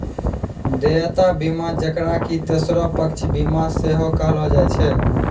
देयता बीमा जेकरा कि तेसरो पक्ष बीमा सेहो कहलो जाय छै